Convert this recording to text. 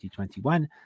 2021